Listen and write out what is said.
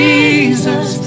Jesus